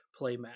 playmat